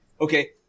Okay